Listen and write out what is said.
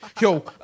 yo